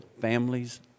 families